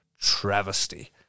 travesty